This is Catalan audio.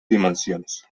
dimensions